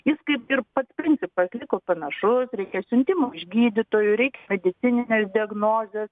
jis kaip ir pats principas liko panašus reikia siuntimo iš gydytojo reikia medicininės diagnozės